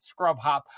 scrubhop